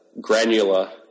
granular